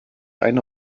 eine